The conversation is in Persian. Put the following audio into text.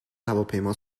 هواپیما